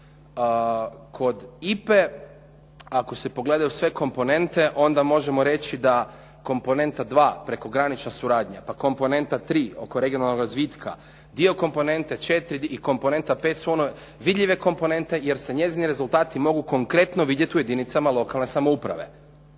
Kod IPA-e, ako se pogledaju sve komponente, onda možemo reći da komponenta 2 prekogranična suradnja, pa komponenta 3 oko regionalnog razvitka, dio komponente 4 i komponenta 5 su one vidljive komponente jer se njezini rezultati mogu konkretno vidjeti u jedinicama lokalne samouprave.